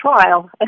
trial